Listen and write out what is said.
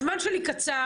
הזמן שלי קצר,